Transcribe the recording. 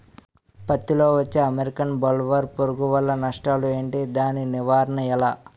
పత్తి లో వచ్చే అమెరికన్ బోల్వర్మ్ పురుగు వల్ల నష్టాలు ఏంటి? దాని నివారణ ఎలా?